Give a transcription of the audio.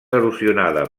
erosionada